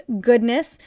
goodness